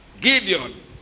Gideon